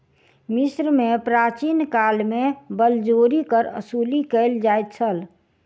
मिस्र में प्राचीन काल में बलजोरी कर वसूली कयल जाइत छल